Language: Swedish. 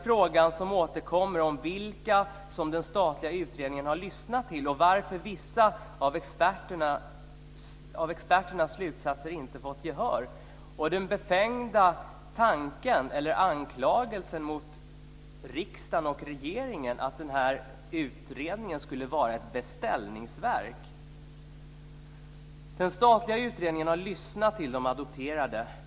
Frågan återkommer om vilka den statliga utredningen har lyssnat till, och varför vissa av experternas slutsatser inte har fått gehör, liksom den befängda tanken eller anklagelsen mot riksdagen eller regeringen att utredningen skulle vara ett beställningsverk. Den statliga utredningen har lyssnat till de adopterade.